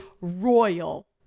Royal